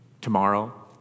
Tomorrow